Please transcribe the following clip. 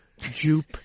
jupe